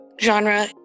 genre